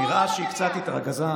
נראה שהיא קצת התרגזה,